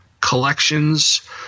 collections